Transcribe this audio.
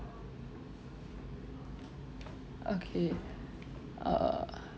okay uh